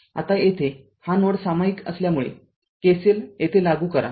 आता येथे हा नोड सामायिक असल्यामुळे K C L येथे लागू करा